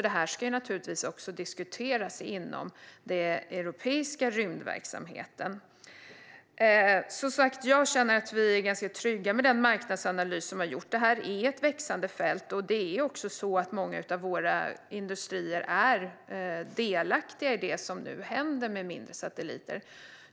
Det här ska alltså naturligtvis diskuteras inom den europeiska rymdverksamheten. Jag känner som sagt att vi är ganska trygga med den marknadsanalys som har gjorts. Det här är ett växande fält, och många av våra industrier är delaktiga i det som nu händer med mindre satelliter.